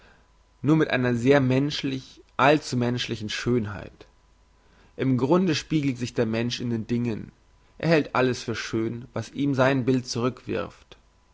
nur mit einer sehr menschlich allzumenschlichen schönheit im grunde spiegelt sich der mensch in den dingen er hält alles für schön was ihm sein bild